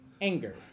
anger